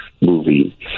movie